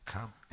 Come